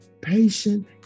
patient